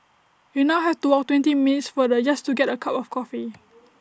we now have to walk twenty minutes farther just to get A cup of coffee